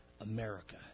America